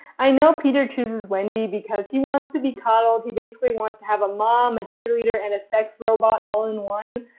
i know peter chooses wendy because he wants to be coddled. he basically wants to have a mom, a cheerleader, and a sex robot all in one,